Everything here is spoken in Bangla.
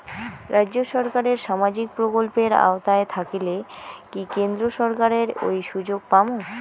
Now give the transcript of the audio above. রাজ্য সরকারের সামাজিক প্রকল্পের আওতায় থাকিলে কি কেন্দ্র সরকারের ওই সুযোগ পামু?